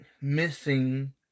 missing